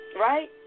right